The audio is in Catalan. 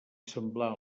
semblar